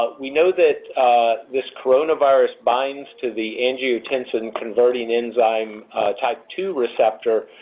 we know that this coronavirus binds to the angiotensin-converting enzyme type two receptor,